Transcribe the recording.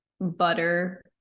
butter